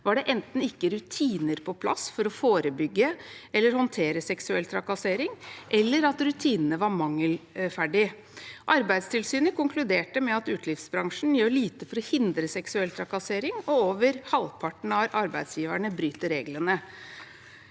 var det enten ikke rutiner på plass for å forebygge eller håndtere seksuell trakassering, eller rutinene var mangelfulle. Arbeidstilsynet konkluderte med at utelivsbransjen gjør lite for å hindre seksuell trakassering, og over halvparten av arbeidsgiverne bryter reglene.